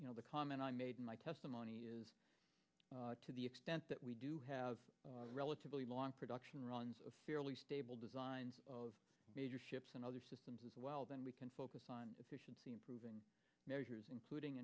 well the comment i made in my testimony is to the extent that we do have relatively long production runs of fairly stable designs of major ships and other systems as well then we can focus on efficiency improving measures including